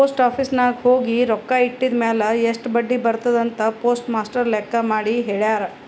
post office ನಾಗ್ ಹೋಗಿ ರೊಕ್ಕಾ ಇಟ್ಟಿದಿರ್ಮ್ಯಾಲ್ ಎಸ್ಟ್ ಬಡ್ಡಿ ಬರ್ತುದ್ ಅಂತ್ ಪೋಸ್ಟ್ ಮಾಸ್ಟರ್ ಲೆಕ್ಕ ಮಾಡಿ ಹೆಳ್ಯಾರ್